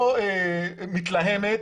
מתלהמת,